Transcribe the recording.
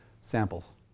samples